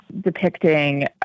depicting